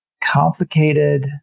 complicated